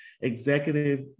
executive